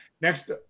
Next